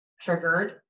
triggered